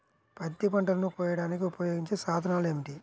పత్తి పంటలను కోయడానికి ఉపయోగించే సాధనాలు ఏమిటీ?